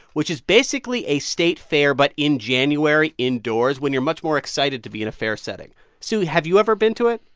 which is basically a state fair but in january, indoors, when you're much more excited to be in a fair setting sue, have you ever been to it?